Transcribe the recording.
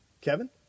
Kevin